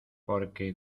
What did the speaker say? porque